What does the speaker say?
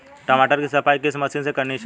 टमाटर की सफाई किस मशीन से करनी चाहिए?